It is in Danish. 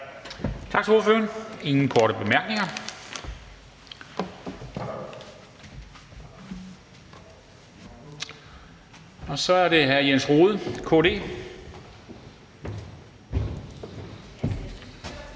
Der er ingen korte bemærkninger. Så er det hr. Jens Rohde,